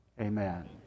Amen